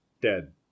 dead